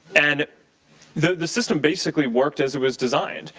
and the the system basically worked as it was designed.